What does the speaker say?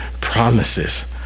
promises